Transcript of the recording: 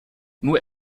nur